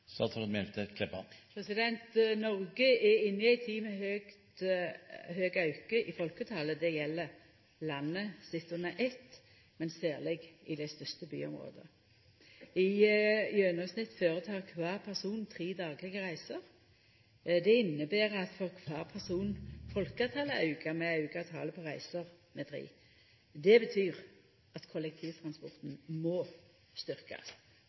er inne i ei tid med stor auke i folketalet. Det gjeld landet sett under eitt, men særleg dei største byområda. I gjennomsnitt føretek kvar person tre daglege reiser. Det inneber at for kvar person folketalet aukar med, aukar talet på reiser med tre. Det betyr at kollektivtransporten må